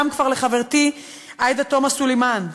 גם כבר לחברתי עאידה תומא סלימאן,